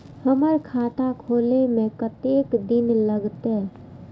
हमर खाता खोले में कतेक दिन लगते?